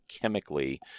chemically